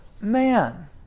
man